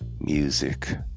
music